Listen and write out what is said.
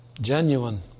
Genuine